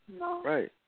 Right